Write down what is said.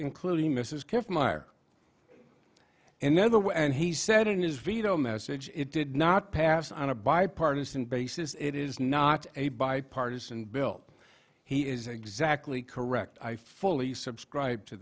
meyer and the other way and he said in his veto message it did not pass on a bipartisan basis it is not a bipartisan bill he is exactly correct i fully subscribe to